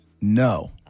No